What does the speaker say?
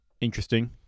Interesting